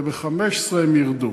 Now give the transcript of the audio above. וב-2015 הם ירדו.